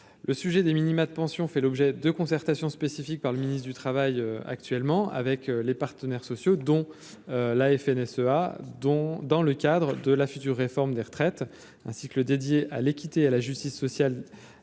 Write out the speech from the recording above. le sujet des minima de pension, fait l'objet de concertations spécifiques par le ministre du Travail actuellement avec les partenaires sociaux dont la FNSEA dont dans le cadre de la future réforme des retraites ainsi que le dédié à l'équité et la justice sociale